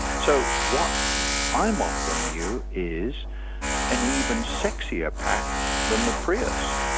so what i'm offering you is an even sexier pack than the prius,